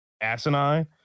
asinine